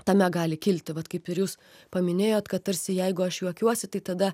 tame gali kilti vat kaip ir jūs paminėjot kad tarsi jeigu aš juokiuosi tai tada